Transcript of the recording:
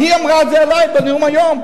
הוא יאמר מה שהוא רוצה.